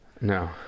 No